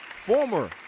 former